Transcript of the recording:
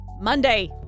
Monday